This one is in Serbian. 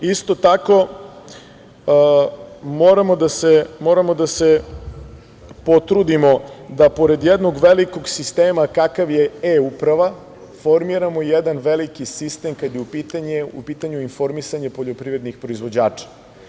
Isto tako, moramo da se potrudimo da, pored jednog velikog sistema kakav je e-uprava, formiramo jedan veliki sistem kada je u pitanju informisanje poljoprivrednih proizvođača.